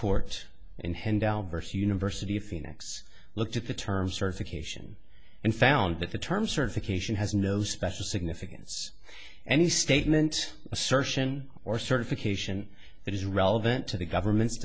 vs university of phoenix looked at the term certification and found that the term certification has no special significance any statement assertion or certification that is relevant to the government's